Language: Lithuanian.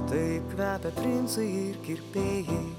taip veda princai ir kirpėjai